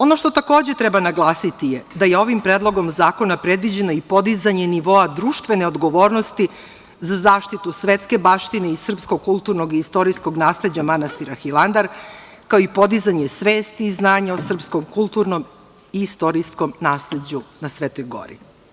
Ono što takođe treba naglasiti je da je ovim Predlogom zakona predviđeno i podizanje nivoa društvene odgovornosti za zaštitu svetske baštine i srpskog kulturnog i istorijskog nasleđa manastira Hilandar, kao i podizanje svesti i znanja o srpskom kulturnom i istorijskom nasleđu na Svetoj gori.